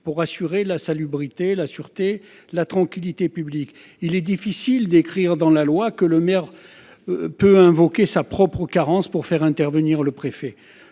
pour assurer la salubrité, la sûreté, la tranquillité publique. Il est difficile d'écrire dans la loi que le maire peut invoquer sa propre carence pour faire intervenir le préfet.